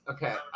Okay